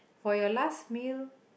for your last meal